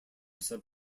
sub